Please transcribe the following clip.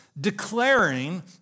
declaring